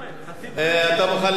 אתה מוכן לשבת?